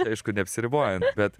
tai aišku neapsiribojant bet